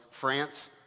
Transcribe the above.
France